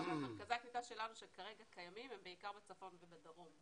אבל מרכזי הקליטה שלנו שכרגע קיימים הם בעיקר בצפון ובדרום,